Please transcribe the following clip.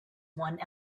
one